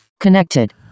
connected